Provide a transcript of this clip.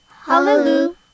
Hallelujah